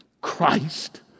Christ